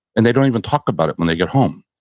and they don't even talk about it when they get home.